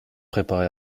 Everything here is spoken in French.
préparer